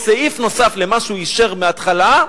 או סעיף נוסף על מה שהוא אישר בהתחלה,